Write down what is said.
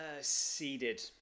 Seeded